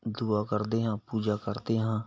ਦੁਆ ਕਰਦੇ ਹਾਂ ਪੂਜਾ ਕਰਦੇ ਹਾਂ